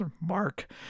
Mark